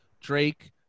Drake